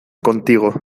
contigo